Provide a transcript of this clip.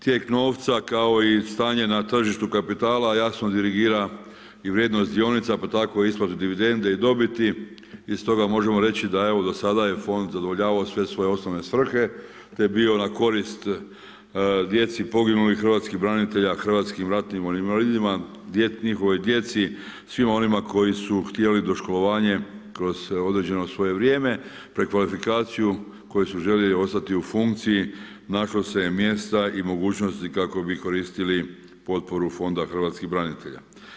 Tijek novca kao i stanje na tržištu kapitala jasno dirigira i vrijednost dionica, pa tako i isplatu dividende i dobiti i stoga možemo reći da evo do sada je fond zadovoljavao sve svoje osnovne svrhe, te bio na korist djeci poginulih hrvatskih branitelja, Hrvatskim ratnim vojnim invalidima, njihovoj djeci, svima onima koji su htjeli doškolovanje kroz određeno svoje vrijeme, prekvalifikaciju koji su željeli ostati u funkciji našlo se je mjesta i mogućnosti kako bi koristili potporu Fonda hrvatskih branitelja.